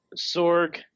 Sorg